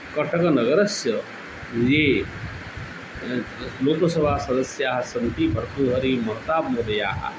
कटणनगरस्य ये लोकसवासदस्याः सन्ति भर्तृहरिः मर्ताप् महोदयाः